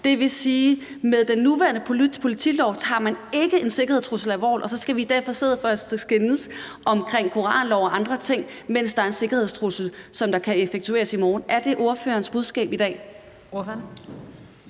Det vil sige, at med den nuværende politilov tager man ikke en sikkerhedstrussel alvorligt, og så skal vi sidde og skændes om koranlov og andre ting, mens der er en sikkerhedstrussel, som kan effektueres i morgen. Er det ordførerens budskab i dag?